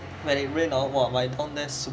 when it rain hor my down there